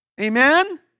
Amen